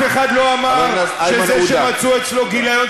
אתה שקרן.